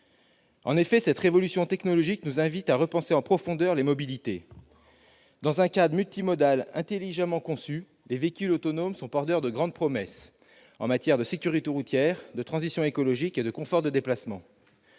En effet, cette révolution technologique nous invite à repenser en profondeur les mobilités. Envisagé dans un cadre multimodal intelligemment conçu, le développement des véhicules autonomes est porteur de grandes promesses en matière de sécurité routière, de transition écologique et de confort de déplacement.